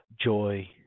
joy